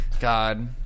god